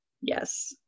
Yes